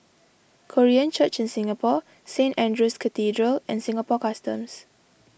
Korean Church in Singapore Saint andrew's Cathedral and Singapore Customs